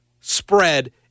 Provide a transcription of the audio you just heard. spread